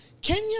Kenya